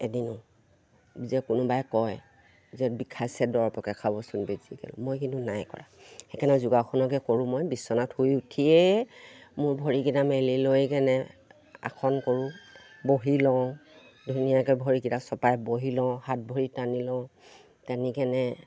এদিনো কোনোবাই কয় যে বিষাইছে দৰৱকে খাবচোন বেছিকে মই কিন্তু নাই কৰা সেইকাৰণে যোগাসনকে কৰোঁ মই বিচনাত শুই উঠিয়েই মোৰ ভৰিকিটা মেলি লৈ কেনে আসন কৰোঁ বহি লওঁ ধুনীয়াকে ভৰিকিটা চপাই বহি লওঁ হাত ভৰি টানি লওঁ তেনেকেনে